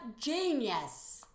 genius